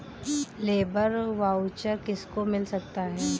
Labour voucher किसको मिल सकता है?